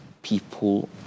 People